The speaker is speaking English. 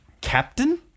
captain